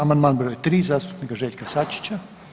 Amandman br. 3. zastupnika Željka Sačića.